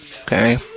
Okay